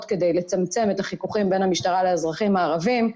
כדי לצמצם את החיכוכים בין המשטרה לאזרחים הערבים: